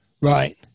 right